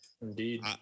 Indeed